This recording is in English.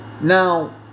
Now